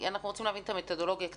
אנחנו גם רוצים להבין את המתודולוגיה קצת,